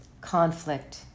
conflict